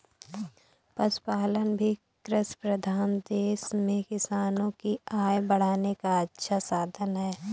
पशुपालन भी कृषिप्रधान देश में किसानों की आय बढ़ाने का अच्छा साधन है